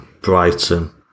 Brighton